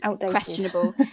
questionable